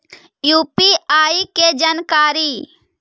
UPI के जानकारी?